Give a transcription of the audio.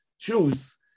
Choose